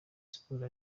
sports